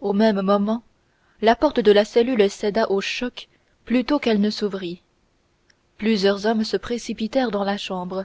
au même moment la porte de la cellule céda au choc plutôt qu'elle ne s'ouvrit plusieurs hommes se précipitèrent dans la chambre